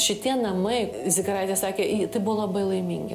šitie namai zikaraitė sakė i tai buvo labai laimingi